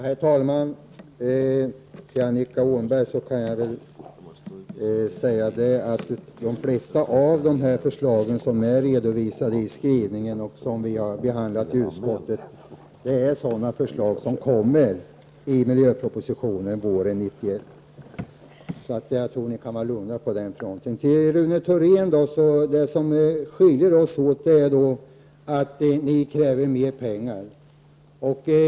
Herr talman! Till Annika Åhnberg kan jag säga att de flesta av de förslag som har redovisats i skrivningen och som vi har behandlat i utskottet är sådana förslag som kommer i miljöpropositionen våren 1991. Jag tror att ni kan vara lugna på den fronten. Det som skiljer oss åt, Rune Thorén, är att ni kräver mer pengar.